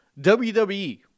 WWE